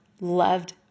loved